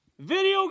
Video